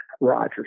rogers